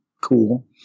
cool